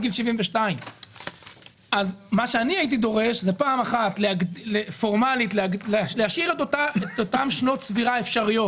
גיל 72. אני הייתי דורש פורמלית להשאיר את אתן שנות צבירה אפשריות.